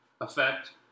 effect